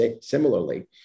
similarly